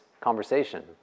conversation